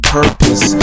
purpose